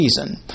season